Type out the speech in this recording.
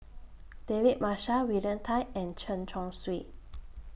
David Marshall William Tan and Chen Chong Swee